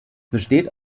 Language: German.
besteht